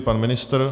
Pan ministr?